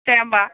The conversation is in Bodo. जाया होनबा